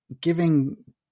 giving